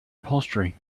upholstery